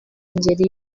ngeri